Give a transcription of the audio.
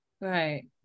right